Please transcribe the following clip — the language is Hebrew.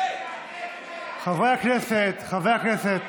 --- חברי הכנסת, חבר הכנסת.